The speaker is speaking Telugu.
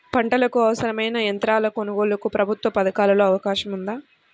పంటకు అవసరమైన యంత్రాల కొనగోలుకు ప్రభుత్వ పథకాలలో అవకాశం ఉందా?